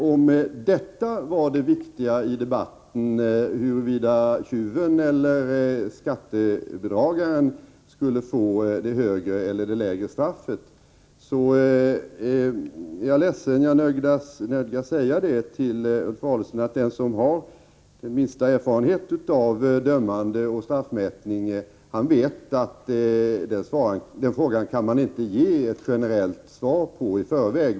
Om det viktiga i debatten är huruvida tjuven eller skattebedragaren skall få det högre eller det lägre straffet, så är jag ledsen att jag nödgas säga till Ulf Adelsohn att den som har den minsta erfarenhet av dömande och straffmätning vet att man inte i förväg kan ge ett generellt svar på den frågan.